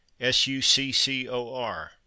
S-U-C-C-O-R